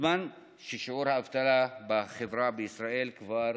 בזמן ששיעור האבטלה בחברה בישראל כבר